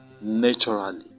naturally